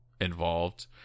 involved